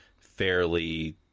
fairly